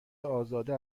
ازاده